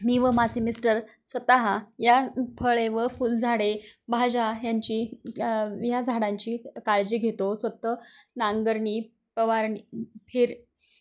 मी व माझे मिस्टर स्वतः या फळे व फुलझाडे भाज्या ह्यांची या झाडांची काळजी घेतो स्वत नांगरणी फवारणी फेर